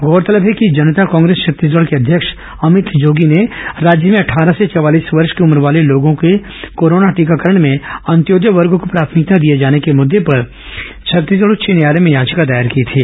गौरतलब है कि जनता कांग्रेस छत्तीसगढ़ के अध्यक्ष अभित जोगी ने राज्य में अट्ठारह से चवालीस वर्ष की उम्र वाले लोगों के कोरोना टीकाकरण में अंत्योदय वर्ग को प्राथमिकता दिए जाने के मद्दे पर छत्तीसगढ उच्च न्यायालय में याचिका दायर की थी